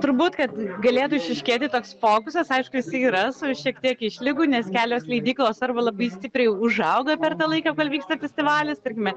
turbūt kad galėtų išryškėti toks fokusas aišku jisai yra su šiek tiek išlygų nes kelios leidyklos arba labai stipriai užaugo per tą laiką kol vyksta festivalis tarkime